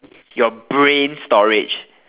your brain storage